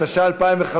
התשע"ה